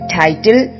title